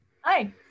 Hi